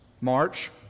March